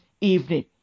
evening